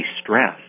stress